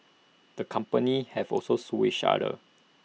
the companies have also sued each other